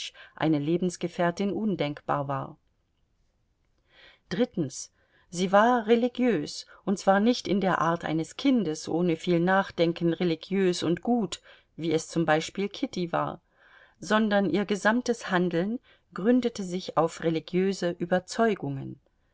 eine lebensgefährtin undenkbar war drittens sie war religiös und zwar nicht in der art eines kindes ohne viel nachdenken religiös und gut wie es zum beispiel kitty war sondern ihr gesamtes handeln gründete sich auf religiöse überzeugungen